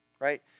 Right